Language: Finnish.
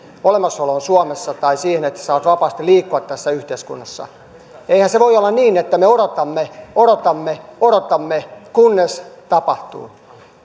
olemassaoloon suomessa tai siihen että he saavat vapaasti liikkua tässä yhteiskunnassa eihän se voi olla niin että me odotamme odotamme odotamme kunnes tapahtuu